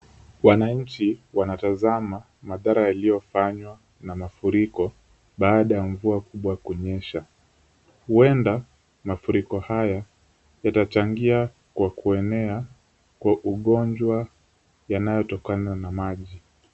Wananchi wanatazama madhara yaliyofanywa na mafuriko baada ya mvua kubwa kunyesha, huenda mafuriko haya yatachangia kwa kuenea kwa ugonjwa yanayotokana na maji.